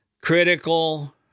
critical